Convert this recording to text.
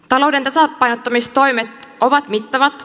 talouden tasapainottamistoimet ovat mittavat